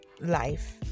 life